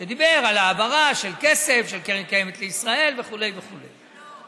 שדיבר על העברה של כסף של קרן קיימת לישראל וכו' וכו'.